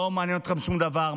לא מעניין אתכם שום דבר.